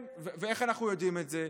איך אנחנו יודעים את זה?